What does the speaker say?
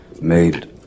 Made